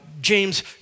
James